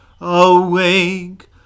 Awake